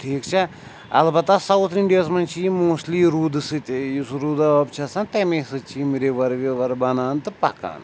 ٹھیٖک چھےٚ البتہ ساوُتھ اِنٛڈیاہَس منٛز چھِ یہِ موسٹلی روٗدٕ سۭتۍ یُس روٗدٕ آب چھُ آسان تَمے سۭتۍ چھِ یِم رِوَر وِوَر بَنان تہٕ پَکان